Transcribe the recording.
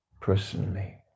personally